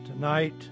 Tonight